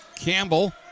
Campbell